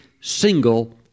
single